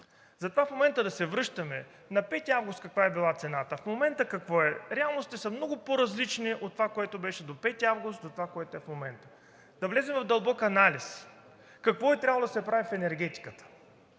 Затова в момента да се връщаме каква е била цената на 5 август, а в момента каква е, реалностите са много по-различни от това, което беше до 5 август, до това, което е в момента. Да влезем в дълбок анализ какво е трябвало да се прави в енергетиката.